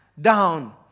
down